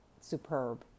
superb